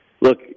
look